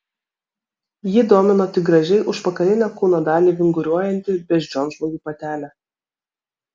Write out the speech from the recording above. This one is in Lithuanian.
jį domino tik gražiai užpakalinę kūno dalį vinguriuojanti beždžionžmogių patelė